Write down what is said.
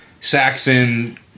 Saxon